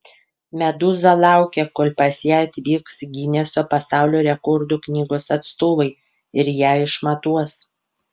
medūza laukia kol pas ją atvyks gineso pasaulio rekordų knygos atstovai ir ją išmatuos